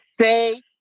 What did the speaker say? Say